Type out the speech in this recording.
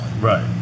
right